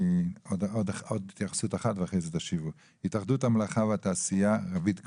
התאחדות התעשייה והמלאכה, רוית גרוס.